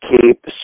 keep